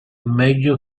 meglio